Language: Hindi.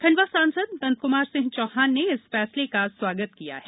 खण्डवा सांसद नंदकुमार सिंह चौहान ने भी इस फैसले का स्वागत किया है